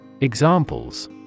Examples